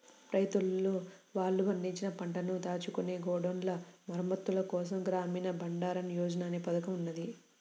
రైతన్నలు వాళ్ళు పండించిన పంటను దాచుకునే గోడౌన్ల మరమ్మత్తుల కోసం గ్రామీణ బండారన్ యోజన అనే పథకం ఉన్నది